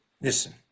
Listen